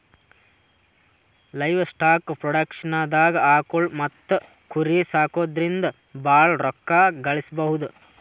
livestock ಪ್ರೊಡಕ್ಷನ್ದಾಗ್ ಆಕುಳ್ ಮತ್ತ್ ಕುರಿ ಸಾಕೊದ್ರಿಂದ ಭಾಳ್ ರೋಕ್ಕಾ ಗಳಿಸ್ಬಹುದು